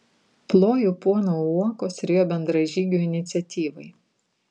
ploju pono uokos ir jo bendražygių iniciatyvai